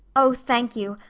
oh, thank you.